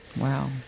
Wow